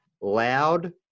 loud